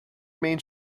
main